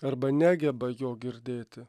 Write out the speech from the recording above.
arba negeba jo girdėti